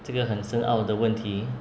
这个很深奥的问题